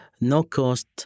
no-cost